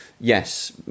Yes